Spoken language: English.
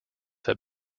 have